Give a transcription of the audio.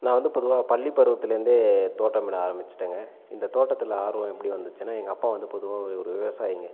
நான் வந்து பொதுவாக பள்ளிப்பருவத்துலிருந்தே தோட்டமிட ஆரமிச்சுட்டேங்க இந்த தோட்டத்தில் ஆர்வம் எப்படி வந்துச்சுன்னால் எங்கள் அப்பா வந்து பொதுவாக ஒரு விவசாயிங்கள்